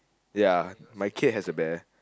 ya my kate has a bear